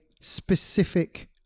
specific